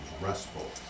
restful